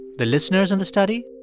the listeners in the study.